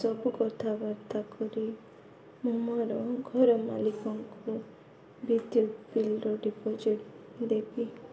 ସବୁ କଥାବାର୍ତ୍ତା କରି ମୁଁ ମୋର ଘର ମାଲିକଙ୍କୁ ବିଦ୍ୟୁତ୍ ବିଲ୍ର ଡିପୋଜିଟ୍ ଦେବି